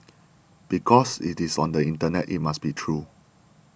because it is on the internet it must be true